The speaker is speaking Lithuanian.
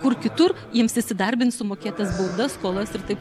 kur kitur jiems įsidarbint sumokėt tas baudas skolas ir taip